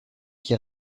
qui